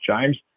James